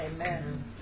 Amen